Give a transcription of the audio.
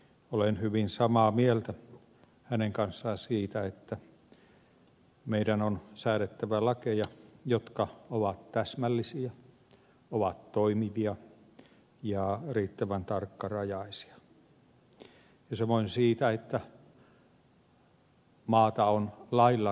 olen hyvin samaa mieltä hänen kanssaan siitä että meidän on säädettävä lakeja jotka ovat täsmällisiä ovat toimivia ja riittävän tarkkarajaisia ja samoin siitä että maata on lailla rakennettava